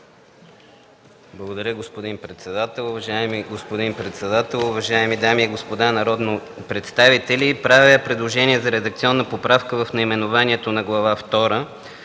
Благодаря, господин председател. Уважаеми господин председател, уважаеми дами и господа народни представители! Правя предложение за редакционна поправка в наименованието на Глава